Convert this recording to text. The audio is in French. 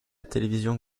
télévision